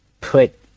put